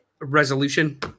resolution